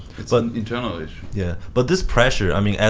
it's an internal issue. yeah, but this pressure, i mean,